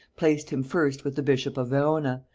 placed him first with the bishop of verona,